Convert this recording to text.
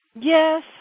Yes